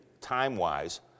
time-wise